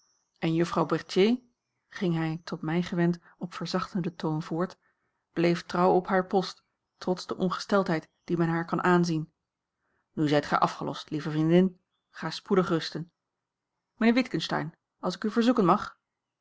en juffrouw berthier ging hij tot mij gewend op verzachten toon voort bleef trouw op haar post trots de ongesteldheid die men haar kan aanzien nu zijt gij afgelost lieve vriendin ga spoedig rusten mijnheer witgensteyn als ik u verzoeken mag